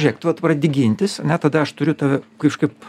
žiūrėk tu vat pradedi gintis tada aš turiu tave kažkaip